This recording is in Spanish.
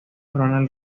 ronald